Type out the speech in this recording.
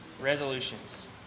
resolutions